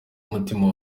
umutima